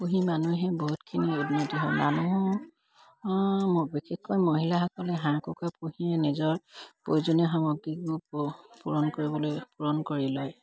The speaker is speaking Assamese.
পুহি মানুহে বহুতখিনি উন্নতি হয় মানুহৰ বিশেষকৈ মহিলাসকলে হাঁহ কুকুৰা পুহিয়ে নিজৰ প্ৰয়োজনীয় সামগ্ৰীবোৰ পূৰণ কৰিবলৈ পূৰণ কৰি লয়